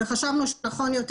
וחשבנו שנכון יותר